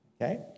okay